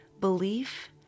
belief